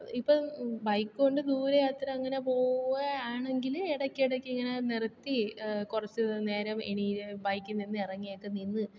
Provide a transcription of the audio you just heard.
ഇപ്പോൾ ബൈക്കുകൊണ്ട് ദൂരയാത്ര അങ്ങനെ പോവുകയാണെങ്കിൽ ഇടയ്ക്ക് ഇടയ്ക്ക് ഇങ്ങനെ നിർത്തി കുറച്ച് നേരം ഇനി ബൈക്കിൽനിന്ന് ഇറങ്ങിയൊക്കെ നിന്ന്